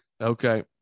Okay